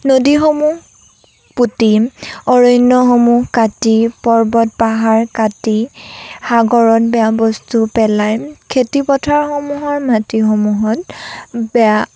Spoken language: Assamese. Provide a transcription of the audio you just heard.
নদীসমূহ পুতি অৰণ্যসমূহ কাটি পৰ্বত পাহাৰ কাটি সাগৰত বেয়া বস্তু পেলাই খেতিপথাৰসমূহৰ মাটিসমূহত বেয়া